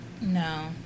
No